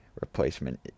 Replacement